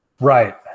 Right